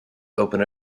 open